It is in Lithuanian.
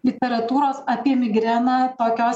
literatūros apie migreną tokios